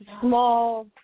small